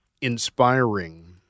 inspiring